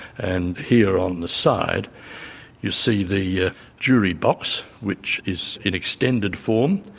and here on the side you see the ah jury box which is in extended form,